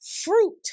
fruit